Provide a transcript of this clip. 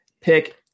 Pick